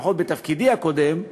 לפחות בתפקידי הקודם,